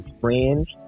friends